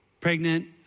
Pregnant